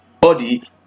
body